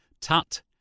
tut